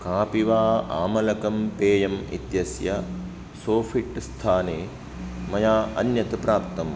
कापिवा आमलकं पेयम् इत्यस्य सो फिट् स्थाने मया अन्यत् प्राप्तम्